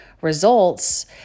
results